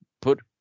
put